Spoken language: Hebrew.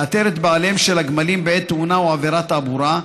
לאתר את בעליהם של הגמלים בעת תאונה או עבירת תעבורה,